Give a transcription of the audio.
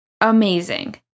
Amazing